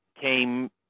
came